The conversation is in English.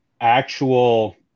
actual